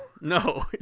no